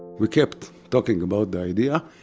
we kept talking about the idea.